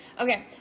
Okay